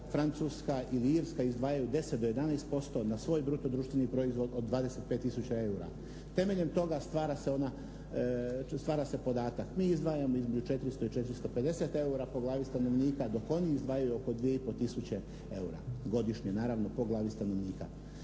Francuska ili Irska izdvajaju 10 do 11% na svoj bruto društveni proizvod od 25 tisuća eura. Temeljem toga stvara se podatak, mi izdvajamo između 400 i 450 eura po glavi stanovnika dok oni izdvajaju oko 2,5 tisuće eura godišnje naravno po glavi stanovnika.